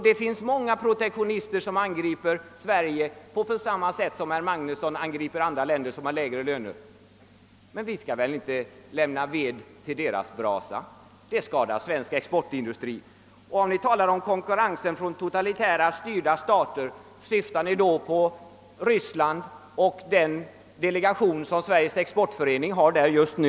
Det finns många protektionister som angriper Sverige på samma sätt som herr Magnusson angriper andra länder som har lägre löner. Men vi skall väl inte lämna ved till deras brasa? Det skadar svensk exportindustri. Med anledning av att ni talar om konkurrensen från totalitärt styrda stater vill jag fråga: Syftar ni på Ryssland och den delegation som Sveriges exportförening har där just nu?